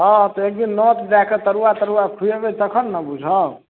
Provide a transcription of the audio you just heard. हॅं तऽ एक दिन नौत दैक तरुआ तरुआ खुएबै तखन ने बुझब